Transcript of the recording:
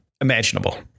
imaginable